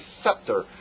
scepter